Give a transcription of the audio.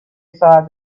saw